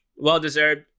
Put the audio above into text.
Well-deserved